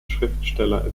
schriftsteller